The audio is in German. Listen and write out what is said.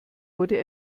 wurde